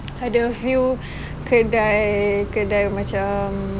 ada a few kedai kedai macam